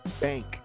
Bank